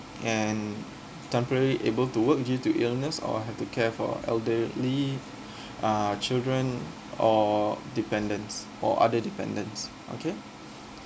and temporary able to work due to illness or have to care for elderly uh children or dependents or other dependents okay